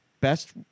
best